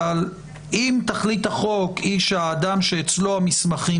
אבל אם תכלית החוק היא שאדם שאצלו המסמכים